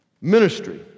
Ministry